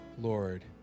Lord